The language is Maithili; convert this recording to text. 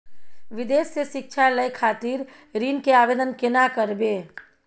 विदेश से शिक्षा लय खातिर ऋण के आवदेन केना करबे?